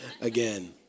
again